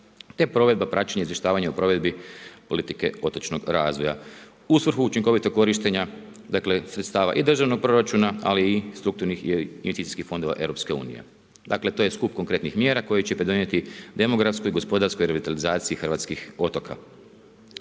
te provedba praćenja izvještavanja o provedbi politike otočnog razvoja, u svrhu učinkovitog korištenja sredstava i državnog proračuna, ali i strukturnih i investicijskih fondova EU. Dakle to je skup konkretnih mjera koje će pridonijeti demografskoj, gospodarskoj revitalizaciji hrvatskih otoka.